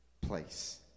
place